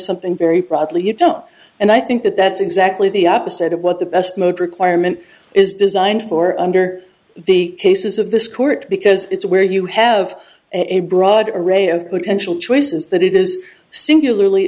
something very broadly you don't and i think that that's exactly the opposite of what the best mode requirement is designed for under the cases of this court because it's where you have a broad array of potential